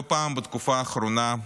לא פעם בתקופה האחרונה,